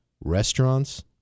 restaurants